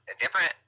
different